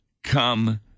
Come